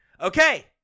Okay